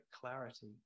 clarity